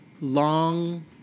long